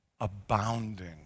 abounding